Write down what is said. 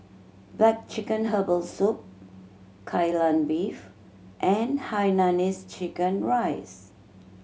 black chicken herbal soup Kai Lan Beef and hainanese chicken rice